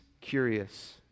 curious